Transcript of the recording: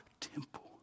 temple